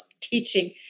teaching